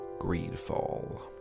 Greedfall